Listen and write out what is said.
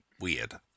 weird